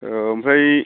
औ ओमफ्राय